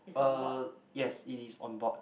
uh yes it is on board